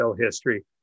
history